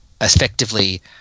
effectively